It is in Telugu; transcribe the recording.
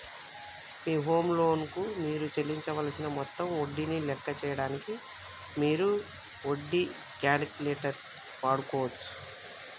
మీ హోమ్ లోన్ కు మీరు చెల్లించవలసిన మొత్తం వడ్డీని లెక్క చేయడానికి మీరు వడ్డీ క్యాలిక్యులేటర్ వాడుకోవచ్చు